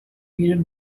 peanut